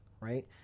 right